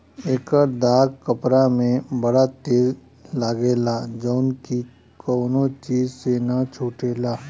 एकर दाग कपड़ा में बड़ा तेज लागेला जउन की कवनो चीज से ना छुटेला